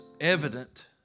evident